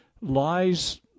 lies